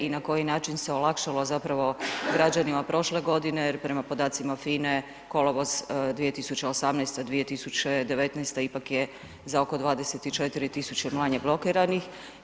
I na koji način se olakšalo zapravo građanima prošle godine jer prema podacima FINE kolovoz 2018. - 2019. ipak je za oko 24.000 manje blokiranih.